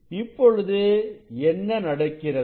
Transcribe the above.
இப்பொழுது என்ன நடக்கிறது